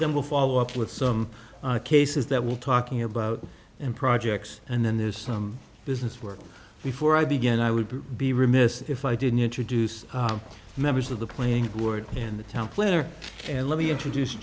then we'll follow up with some cases that we're talking about and projects and then there's some business work before i begin i would be remiss if i didn't introduce members of the playing board in the town planner and let me introduce